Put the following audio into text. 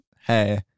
hey